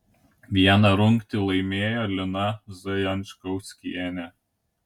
vieną rungtį laimėjo lina zajančkauskienė